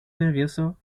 nervioso